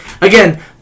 again